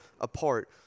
apart